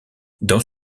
dans